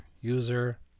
user